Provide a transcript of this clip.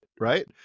right